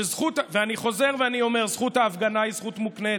ואני חוזר ואני אומר שזכות ההפגנה היא זכות מוקנית.